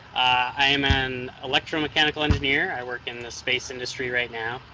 i am an electromechanical engineer, i work in the space industry right now.